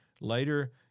Later